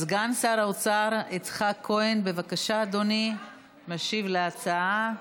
סגן שר האוצר יצחק כהן, בבקשה, אדוני, משיב להצעה.